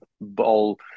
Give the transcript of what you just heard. ball